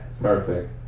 Perfect